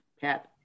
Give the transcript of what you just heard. Pat